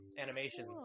animation